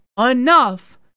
enough